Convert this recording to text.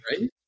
right